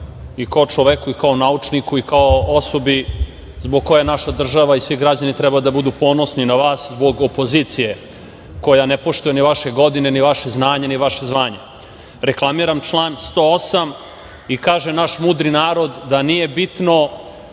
i kao čoveku i kao naučniku i kao osobi zbog koje naša država i svi građani treba da budu ponosni na vas zbog opozicije koja je poštuje ni vaše godine, ni vaše znanje, ni vaše zvanje. Reklamiram član 108. Kaže naš mudri narod da nije bitno